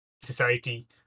Society